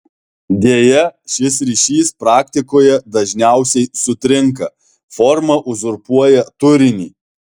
deja šis ryšys praktikoje dažniausiai sutrinka forma uzurpuoja turinį